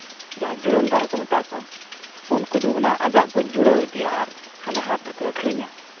ᱡᱟᱦᱟᱸ ᱡᱩᱲᱟᱹᱱᱫᱟᱨ ᱠᱚ ᱢᱮᱛᱟ ᱠᱚᱣᱟ ᱩᱱᱠᱩ ᱫᱚ ᱚᱱᱟ ᱟᱡᱟᱜ ᱠᱚ ᱡᱩᱲᱟᱹᱣ ᱤᱫᱤᱭᱟ ᱟᱨ ᱦᱟᱸᱰᱮ ᱦᱟᱴ ᱨᱮᱠᱚ ᱟᱹᱠᱷᱨᱤᱧᱟ